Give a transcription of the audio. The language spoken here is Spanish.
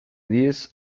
diez